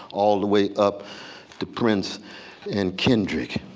all the way up to prince and kendrick.